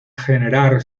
generar